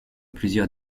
plusieurs